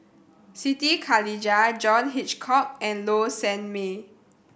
Siti Khalijah John Hitchcock and Low Sanmay